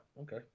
Okay